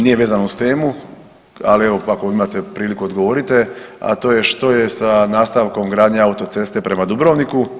Nije vezano uz temu, ali evo, ako imate priliku, odgovorite, a to je što je sa nastavkom gradnje autoceste prema Dubrovniku?